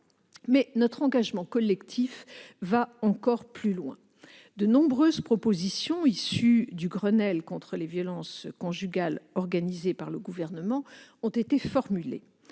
Notre engagement collectif va encore plus loin. De nombreuses propositions issues du Grenelle contre les violences conjugales, organisé par le Gouvernement, ont été formulées.